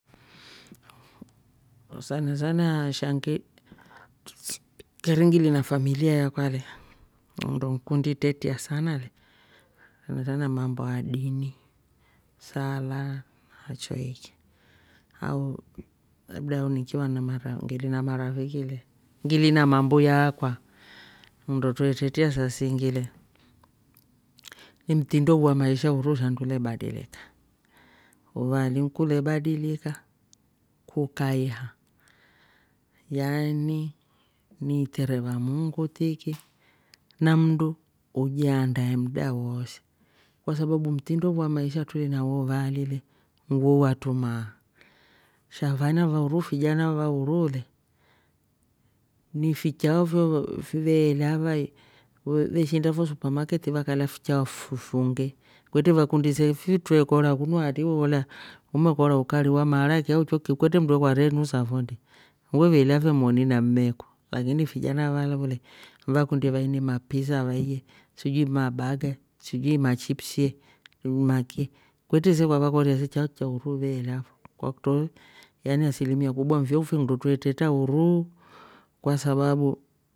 Sana sanaa shangi keri ngili na familia yakwa le nndo ngikundi itretia sana le mambo a dini sala na choiki au labda nikiwa na marafik- ngili na marafiki, ngili na mamboi yakwa nndo twre teta saa singi le ni mtindo wa maisha unduhuu sahndu ule badilika uvaali kule badilika kukaiha yaani ni itereva muungu tiki namndu ujiandae mda woose kwa sababu mtindo wu wa maisha truveli navo uvaali le ni wo watrumaa sha vana va uruhuu fijana va uruu le ni fichao fyo fi veela vai, veshiinda fo supamaketi vakalya fichao fifunge kwetre ve kundi se fi twe kora kunu aatri we kolya umekora ukari wa maharaki choiki kwetre mndu kwaare nusa fo ndi weveelya fe moni na mmeku lakini fijana va le vakundi vai ni mapizza vaiye sijui mabaga sijui machipsi ni maki kwetre vevakolye se chao cha uruu veela fo, kwakutro yani asilimia kubwa nife finndo twre tretra uruu kwasababu